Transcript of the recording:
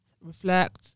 reflect